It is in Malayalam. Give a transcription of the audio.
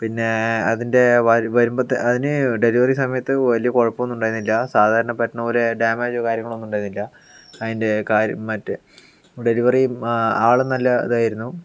പിന്നെ അതിൻ്റെ വരുമ്പോൾ തന്നെ അതിന് ഡെലിവറി സമയത്ത് വലിയ കുഴപ്പം ഒന്നും ഉണ്ടായിരുന്നില്ല സാധാരണ പറ്റുന്നതു പോലെ ഡാമേജോ കാര്യങ്ങളോ ഒന്നും ഉണ്ടായിരുന്നില്ല അതിൻ്റെ കാരി മറ്റേ ഡെലിവറി ആ ആളും നല്ല ഇതായിരുന്നു